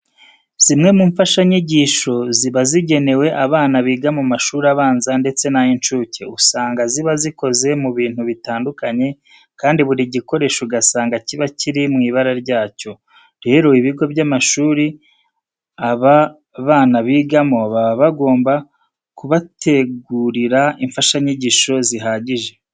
Zimwe mu mfashanyigisho ziba zigenewe abana biga mu mashuri abanza ndetse n'ay'incuke, usanga ziba zikoze mu bintu bitandukanye kandi buri gikoresho ugasanga kiba kiri mu ibara ryacyo. Rero ibigo by'amashuri aba bana bigamo baba bagomba kubategurira imfashanyigisho zihagije.